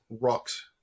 rocks